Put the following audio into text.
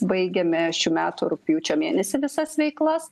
baigiame šių metų rugpjūčio mėnesį visas veiklas